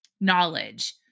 knowledge